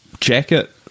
jacket